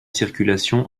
circulation